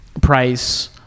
price